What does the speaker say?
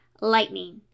lightning